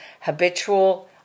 habitual